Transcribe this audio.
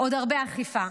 עוד הרבה אכיפה.